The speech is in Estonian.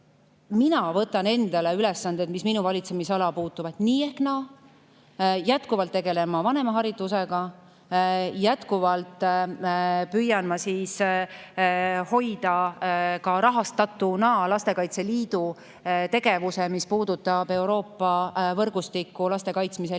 Mina võtan endale ülesanded, mis minu valitsemisala puudutavad, nii ehk naa. Jätkuvalt tegelen ma vanemaharidusega. Jätkuvalt püüan ma hoida rahastatuna Lastekaitse Liidu tegevuse, mis puudutab Euroopa võrgustikku laste kaitsmisel